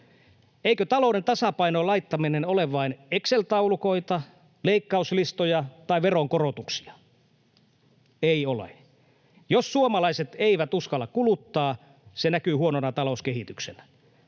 Eikö talouden tasapainoon laittaminen ole vain Excel-taulukoita, leikkauslistoja tai veronkorotuksia? Ei ole. Jos suomalaiset eivät uskalla kuluttaa, se näkyy huonona talouskehityksenä.